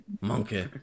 Monkey